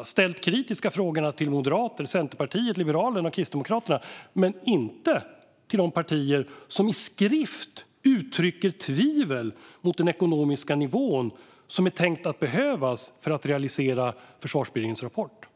De har ställt de kritiska frågorna till Moderaterna, Centerpartiet, Liberalerna och Kristdemokraterna men inte till de partier som i skrift uttrycker tvivel mot den ekonomiska nivån som är tänkt att behövas för att realisera Försvarsberedningens rapport.